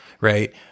right